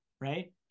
right